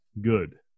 good